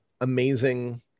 amazing